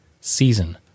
season